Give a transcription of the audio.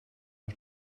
auf